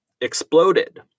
exploded